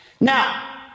Now